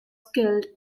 killed